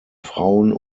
frauen